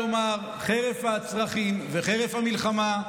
אני יודע לומר שחרף הצרכים וחרף המלחמה,